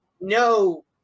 no